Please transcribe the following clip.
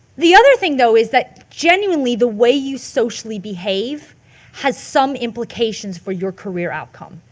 the other thing though is that genuinely the way you socially behave has some implications for your career outcome.